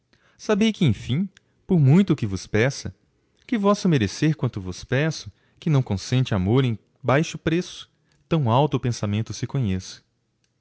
sabei que enfim por muito que vos peça que posso merecer quanto vos peço que não consente amor que em baixo preço tão alto pensamento se conheça